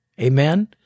Amen